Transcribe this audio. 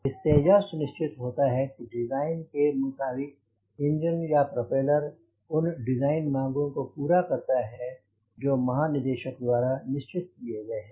इससे यह सुनिश्चित होता है कि डिजाइन के मुताबिक इंजन या प्रोपेलर उन डिजाइन मांगों को पूरा करता है जो हो महानिदेशक द्वारा निश्चित किए गए हैं